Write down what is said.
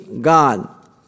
God